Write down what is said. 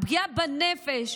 הפגיעה בנפש,